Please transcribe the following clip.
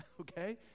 okay